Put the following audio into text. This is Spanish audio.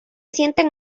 sienten